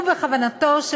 ובכוונתו של